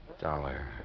Dollar